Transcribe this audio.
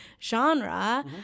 genre